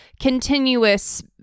continuous